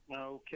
Okay